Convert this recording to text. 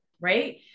right